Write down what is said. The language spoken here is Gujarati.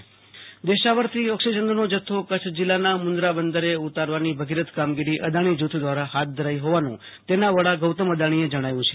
આશુ તોષ અંતાણી ક ચ્છ અ દાણી દેશાવરથી ઓક્સિજનનો જથ્થો કચ્છ જિલ્લાના મુન્દ્રા બંદરે ઉતારવાની ભગીરથ કામગીરી અદાણી જુથ દ્રારા હાથ ધરાઈ હોવાનું તેના વડા ગૌતમ અદાણીએ જણાવ્યુ છે